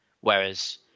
Whereas